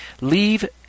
leave